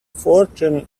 fortune